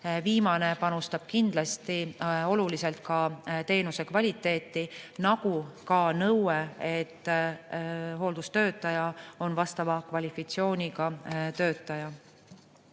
Viimane panustab kindlasti oluliselt ka teenuse kvaliteeti, nagu ka nõue, et hooldustöötaja on vastava kvalifikatsiooniga töötaja.